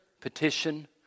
petition